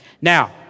Now